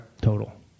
Total